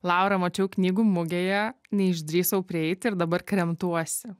laurą mačiau knygų mugėje neišdrįsau prieiti ir dabar kremtuosi